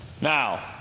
now